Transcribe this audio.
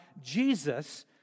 Jesus